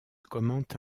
commente